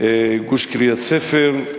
גוש קריית-ספר,